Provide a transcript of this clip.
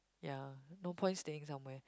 ya no point staying somewhere